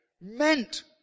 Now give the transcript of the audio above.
meant